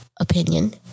opinion